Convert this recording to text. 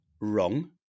wrong